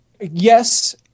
Yes